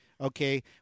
Okay